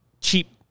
cheap